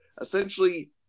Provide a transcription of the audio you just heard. Essentially